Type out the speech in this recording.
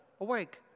awake